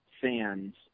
Fans